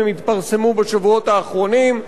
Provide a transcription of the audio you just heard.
הם התפרסמו בשבועות האחרונים,